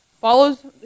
follows